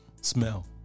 smell